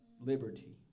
liberty